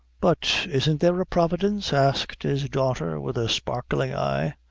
but isn't there a providence? asked his daughter, with a sparkling eye.